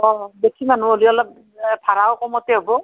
অঁ বেছি মানুহ হ'লে অলপ ভাড়াও কমতে হ'ব